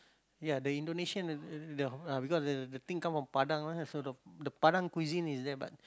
ya the Indonesian uh uh the ah because the the the thing come from Padang ah so the the Padang cuisine is there but